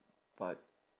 but